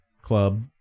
Club